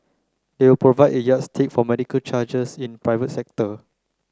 they will provide a yardstick for medical charges in the private sector